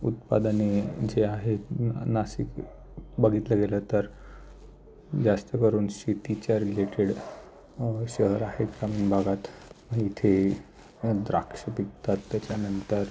उत्पादने जे आहेत नासिक बघितलं गेलं तर जास्त करून शेतीच्या रिलेटेड शहर आहेत ग्रामीण भागात इथे द्राक्ष विकतात त्याच्यानंतर